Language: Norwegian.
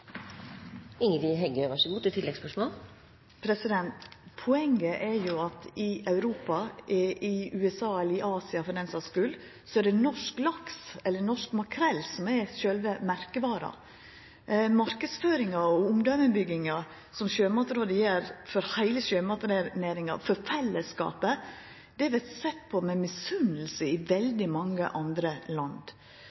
Poenget er jo at i Europa og i USA – eller i Asia, for den saka si skuld – er det norsk laks, eller norsk makrell, som er sjølve merkevara. Marknadsføringa og omdømebygginga som Sjømatrådet gjer for heile sjømatnæringa, for fellesskapen, vert sett på med misunning i